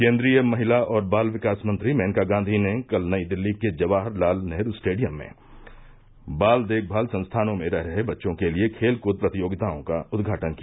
केन्द्रीय महिला और बाल विकास मंत्री मेनका गांधी ने कल नई दिल्ली के जवाहरलाल नेहरू स्टेडियम में बाल देखभाल संस्थानों में रह रहे बच्चों के लिए खेल कृद प्रतियोगिताओं का उद्घाटन किया